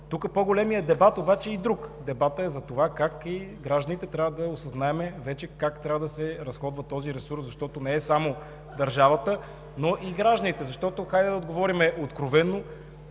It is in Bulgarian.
Тук по-големият дебат обаче е друг. Дебатът е за това: гражданите вече трябва да осъзнаем как трябва да се разходва този ресурс. Защото не е само държавата, но и гражданите. Хайде да отговорим откровено: